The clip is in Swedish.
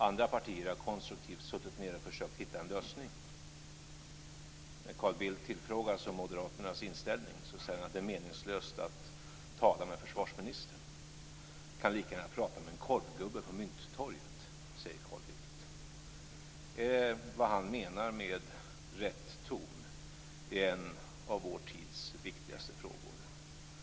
Andra partier har konstruktivt suttit ned och försökt hitta en lösning. När Carl Bildt tillfrågas om moderaternas inställning säger han att det är meningslöst att tala med försvarsministern. Man kan lika gärna prata med en korvgubbe på Mynttorget, säger Carl Bildt. Vad han menar med rätt ton är en av vår tids viktigaste frågor.